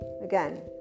Again